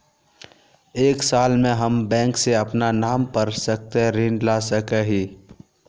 एक साल में हम बैंक से अपना नाम पर कते ऋण ला सके हिय?